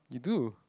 you do